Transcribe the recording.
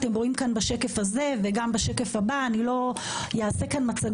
אתם רואים כאן בשקף הזה ובשקף הבא יש לנו